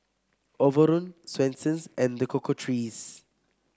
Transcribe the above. Overrun Swensens and The Cocoa Trees